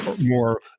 more